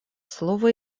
слово